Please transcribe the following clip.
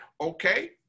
okay